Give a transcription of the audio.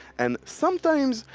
and sometimes,